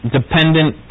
dependent